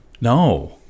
No